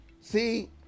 see